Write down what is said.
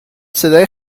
صدای